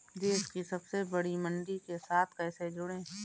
देश की सबसे बड़ी मंडी के साथ कैसे जुड़ें?